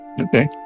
Okay